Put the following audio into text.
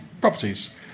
properties